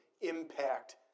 impact